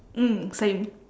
mm same